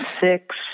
six